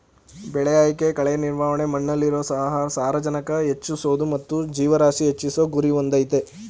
ಬೆಳೆ ಆಯ್ಕೆ ಕಳೆ ನಿರ್ವಹಣೆ ಮಣ್ಣಲ್ಲಿರೊ ಸಾರಜನಕ ಹೆಚ್ಚಿಸೋದು ಮತ್ತು ಜೀವರಾಶಿ ಹೆಚ್ಚಿಸೋ ಗುರಿ ಹೊಂದಯ್ತೆ